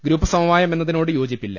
group സമവായം എന്നതിനോട് യോജിപ്പില്ല